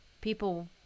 people